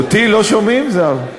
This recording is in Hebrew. אותי לא שומעים, זהבה?